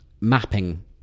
Mapping